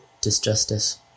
disjustice